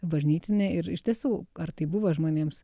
bažnytinė ir iš tiesų ar tai buvo žmonėms